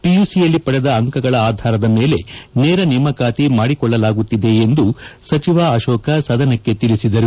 ಪಿಯುಸಿಯಲ್ಲಿ ಪಡೆದ ಅಂಕಗಳ ಆಧಾರದ ಮೇಲೆ ನೇರ ನೇಮಕಾತಿ ಮಾಡಿಕೊಳ್ಳಲಾಗುತ್ತಿದೆ ಎಂದು ಸಚಿವ ಅಶೋಕ ಸದನಕ್ಕೆ ತಿಳಿಸಿದರು